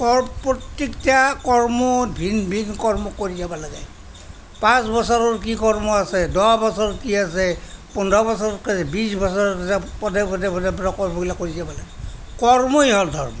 প্ৰত্যেকটা কৰ্ম ভিন ভিন কৰ্ম কৰি যাব লাগে পাঁচ বছৰৰ কি কৰ্ম আছে দহ বছৰত কি আছে পোন্ধৰ বছৰত আছে বিশ বছৰত কি আছে পদে পদে পদে পদে কৰ্মবিলাক কৰি যাব লাগে কৰ্মই হ'ল ধৰ্ম